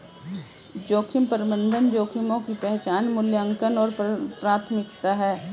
जोखिम प्रबंधन जोखिमों की पहचान मूल्यांकन और प्राथमिकता है